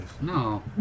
No